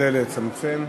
אדוני היושב-ראש,